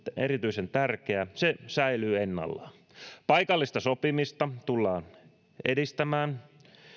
erityisen tärkeä säilyy ennallaan paikallista sopimista tullaan edistämään